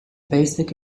basic